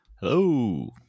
Hello